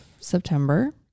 September